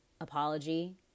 apology